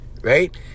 right